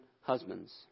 husbands